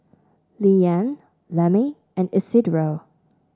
Leeann Lemmie and Isidro